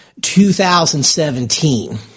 2017